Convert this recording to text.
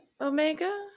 Omega